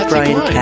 Brian